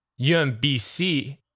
UMBC